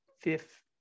fifth